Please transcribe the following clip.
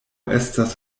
estas